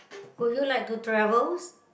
would you like to travels